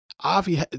Avi